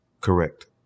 correct